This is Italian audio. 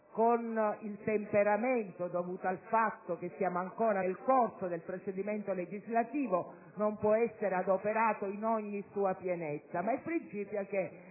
con il temperamento dovuto al fatto che siamo ancora nel corso del procedimento legislativo non può essere adoperato in ogni sua pienezza, secondo cui